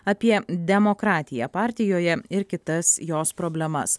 apie demokratiją partijoje ir kitas jos problemas